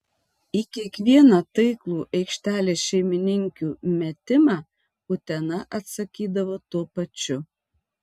į kiekvieną taiklų aikštelės šeimininkių metimą utena atsakydavo tuo pačiu